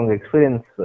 experience